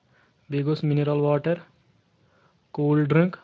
بیٚیہِ گوٚژھ mineral water cold drink